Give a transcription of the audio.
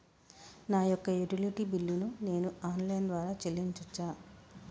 నా యొక్క utility bill ను నేను ఆన్ లైన్ ద్వారా చెల్లించొచ్చా?